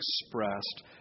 expressed